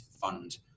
fund